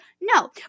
No